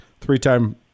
three-time